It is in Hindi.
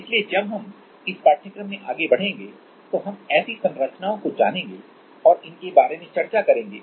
इसलिए जब हम इस पाठ्यक्रम में आगे बढ़ेंगे तो हम ऐसी संरचनाओं को जानेंगे और इनके बारे में चर्चा करेंगे